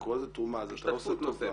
אתה קורא לזה תרומה, זה -- השתתפות נוספת.